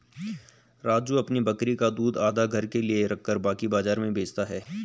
राजू अपनी बकरी का दूध आधा घर के लिए रखकर बाकी बाजार में बेचता हैं